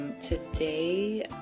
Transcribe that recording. Today